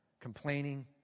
Complaining